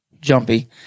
jumpy